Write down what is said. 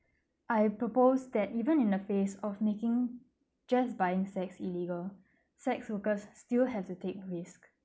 I'd propose that even in the phase of making just buying sex illegal sex workers still have to take risk